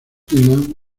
dylan